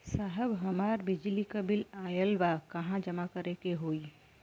साहब हमार बिजली क बिल ऑयल बा कहाँ जमा करेके होइ?